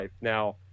now